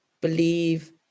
believe